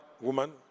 woman